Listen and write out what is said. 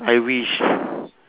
I wish